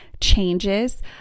changes